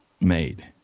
made